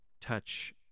touch